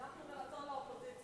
הלכנו מרצון לאופוזיציה.